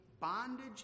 bondage